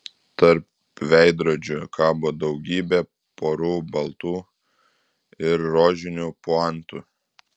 tarp veidrodžių kabo daugybė porų baltų ir rožinių puantų